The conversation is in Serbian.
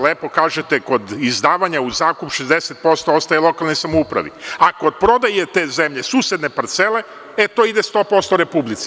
Lepo kažete, kod izdavanja u zakup 60% ostaje lokalnoj samoupravi, a kod prodaje te zemlje, susedne parcele, ide 100% Republici.